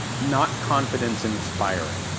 not confidence inspiring.